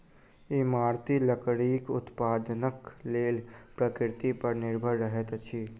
इमारती लकड़ीक उत्पादनक लेल प्रकृति पर निर्भर रहैत छी